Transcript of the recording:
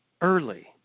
early